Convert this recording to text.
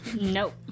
nope